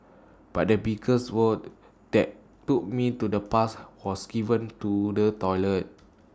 but the biggest word that took me to the past was given to the toilets